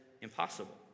impossible